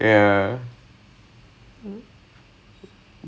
good job can